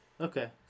Okay